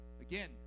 again